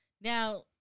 Now